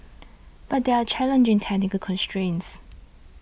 but there are challenging technical constrains